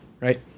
right